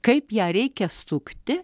kaip ją reikia sukti